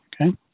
Okay